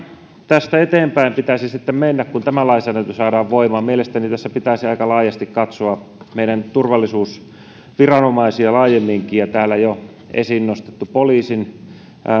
tästä eteenpäin pitäisi sitten mennä kun tämä lainsäädäntö saadaan voimaan mielestäni tässä pitäisi aika laajasti katsoa meidän turvallisuusviranomaisia laajemminkin ja täällä jo esiin nostettu